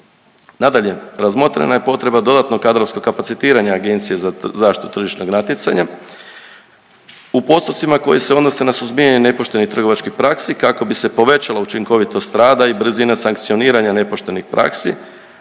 Nadalje, razmotrena je potreba dodatnog kadrovskog kapacitiranja Agencije za zaštitu tržišnog natjecanja u postocima koji se odnose na suzbijanje nepoštenih trgovačkih praksi kako bi se povećala učinkovitost rada i brzina sankcioniranja nepoštenih praksi,